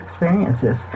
experiences